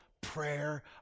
prayer